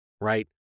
right